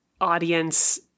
audience